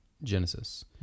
Genesis